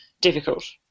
difficult